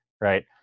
right